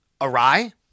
awry